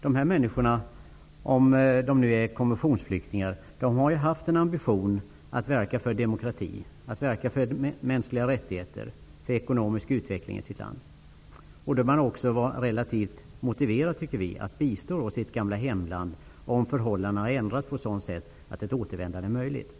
Dessa människor, om de nu är konventionsflyktingar, har haft en ambition att verka för demokrati, mänskliga rättigheter och ekonomisk utveckling i sitt land. De bör då vara ganska motiverade att bistå sitt gamla hemland om förhållandena där har ändrats på ett sådant sätt att ett återvändande är möjligt.